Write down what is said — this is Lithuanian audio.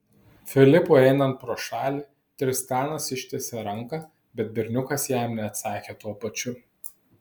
filipui einant pro šalį tristanas ištiesė ranką bet berniukas jam neatsakė tuo pačiu